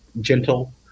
Gentle